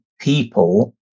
people